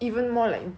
it tastes more like